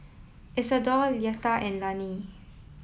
Isadore Leitha and Lani